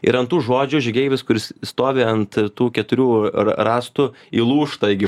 ir ant tų žodžių žygeivis kuris stovi ant tų keturių rąstų įlūžta iki